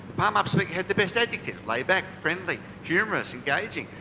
palm up speaker had the best adjectives, laid-back, friendly, humorous, engaging.